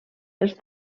els